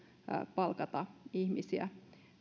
palkata ihmisiä